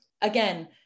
Again